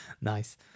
Nice